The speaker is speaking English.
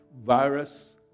virus